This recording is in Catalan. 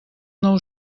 nou